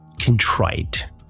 contrite